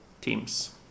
teams